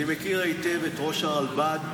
אני מכיר היטב את ראש הרלב"ד,